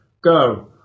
Go